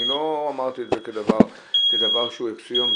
אני לא אמרתי את זה כדבר שהוא אקסיומה,